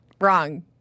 Wrong